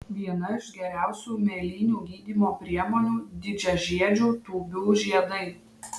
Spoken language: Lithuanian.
viena iš geriausių mėlynių gydymo priemonių didžiažiedžių tūbių žiedai